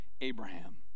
Abraham